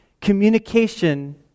Communication